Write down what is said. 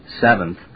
seventh